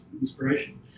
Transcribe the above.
inspiration